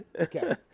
Okay